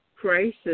crisis